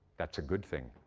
that's a good thing.